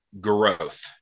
growth